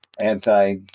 Anti